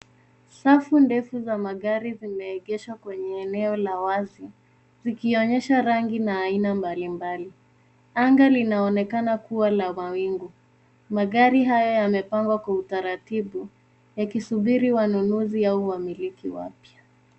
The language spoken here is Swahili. Safu ndefu za magari zimeegeshwa kwenye eneo la wazi zikionyesha rangi na aina mbalimbali. Anga linaonekana kuwa na mawingu. Magari haya yamepangwa Kwa utaratibu yakisubiri wanunuzi au wamiliki wapya.